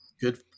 good